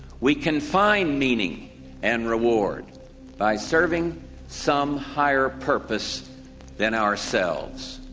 we can find meaning and reward by serving some higher purpose than ourselves.